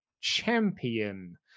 champion